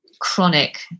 chronic